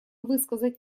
высказать